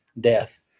death